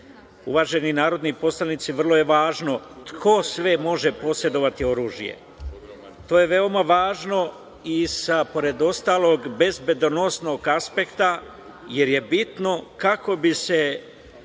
uvaženi narodni poslanici, vrlo je važno ko sve može posedovati oružje. To je veoma važno i sa, pored ostalog, bezbednosnog aspekta, jer je bitno kako bi se